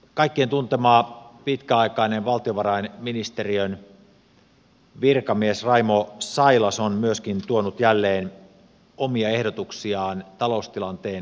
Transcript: kaikkien tuntema pitkäaikainen valtiovarainministeriön virkamies raimo sailas on myöskin tuonut jälleen omia ehdotuksiaan taloustilanteen kohentamiseksi